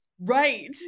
right